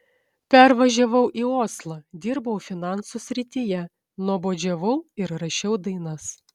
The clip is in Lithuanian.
pervažiavau į oslą dirbau finansų srityje nuobodžiavau ir rašiau dainas